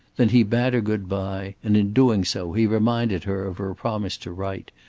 then he bade her good-bye, and in doing so he reminded her of her promise to write,